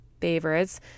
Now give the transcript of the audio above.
favorites